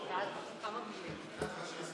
אני אגיד